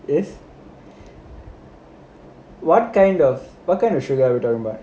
what kind of what kind of sugar are we talking about